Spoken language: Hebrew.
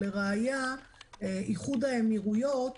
לראיה, איחוד האמירויות